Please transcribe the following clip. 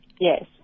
Yes